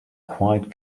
quite